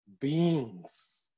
beings